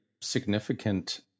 significant